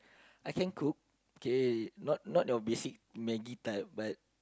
I can cook K not not the basic maggie type but